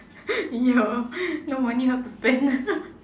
ya no money how to spend